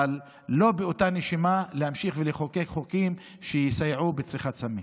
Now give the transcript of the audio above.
אבל לא באותה נשימה להמשיך ולחוקק חוקים שיסייעו בצריכת סמים.